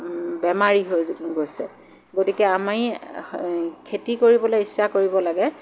বেমাৰী হৈ গৈছে গতিকে আমি খেতি কৰিবলৈ ইচ্ছা কৰিব লাগে